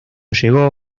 llegó